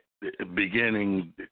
beginning